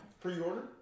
Pre-order